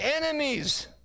enemies